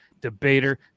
debater